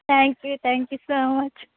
thank you thank you so much